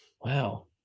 Wow